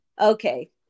Okay